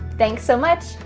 thanks so much.